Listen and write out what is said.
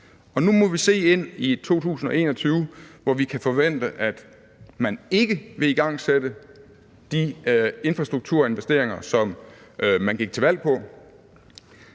nu må vi se ind i 2021, hvor vi kan forvente, at man ikke vil igangsætte de infrastrukturinvesteringer, som man gik til valg på.